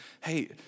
hey